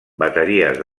bateries